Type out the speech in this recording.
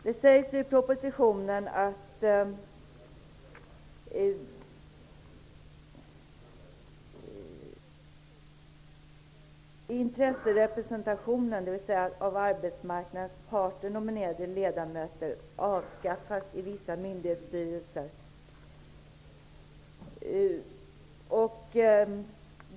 Det sägs i propositionen att intresserepresentationen, dvs. av arbetsmarknadens parter nominerade ledamöter, avskaffas i vissa myndighetsstyrelser.